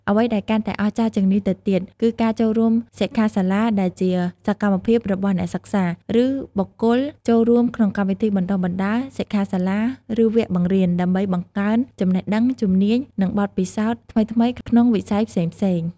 អ្វីដែលកាន់តែអស្ចារ្យជាងនេះទៅទៀត គឺការចូលរួមសិក្ខាសាលាដែលជាសកម្មភាពរបស់អ្នកសិក្សា ឬបុគ្គលចូលរួមក្នុងកម្មវិធីបណ្តុះបណ្តាល សិក្ខាសាលា ឬវគ្គបង្រៀន ដើម្បីបង្កើនចំណេះដឹង ជំនាញ និងបទពិសោធន៍ថ្មីៗក្នុងវិស័យផ្សេងៗ។